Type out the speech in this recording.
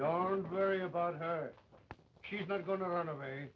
gone very about her she's not going to run away